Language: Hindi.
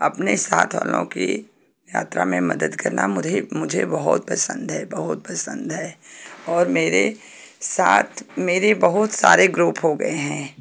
अपने साथ औरों की यात्रा में मदद करना मुझे मुझे बहुत पसंद है बहुत पसंद है और मेरे साथ मेरे बहुत सारे ग्रुप हो गए हैं